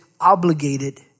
obligated